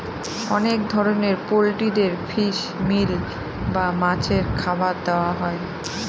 অনেক ধরনের পোল্ট্রিদের ফিশ মিল বা মাছের খাবার দেওয়া হয়